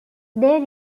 they